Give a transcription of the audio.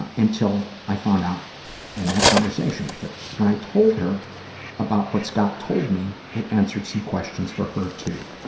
and until i found out in that conversation with her. when i told her about what scott told me, it answered some questions for her, too.